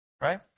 Right